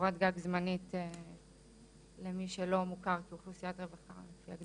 קורת גג זמנית למי שהוא לא מוכר כאוכלוסיית --- כן,